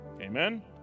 amen